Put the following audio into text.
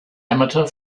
amateur